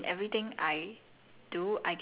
small meaningless ways ah